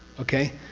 okay?